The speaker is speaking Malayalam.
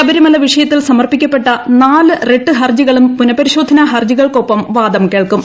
ശബരിമല വിഷയത്തിൽ സമർപ്പിക്കപ്പെട്ട നാല് റിട്ട് ഹർജികളും പുനപരിശോധനാ ഹർജികൾക്കൊപ്പം വാദം കേൾക്കും